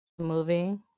movie